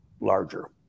larger